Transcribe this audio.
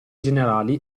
generali